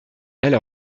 elle